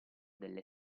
delle